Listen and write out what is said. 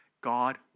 God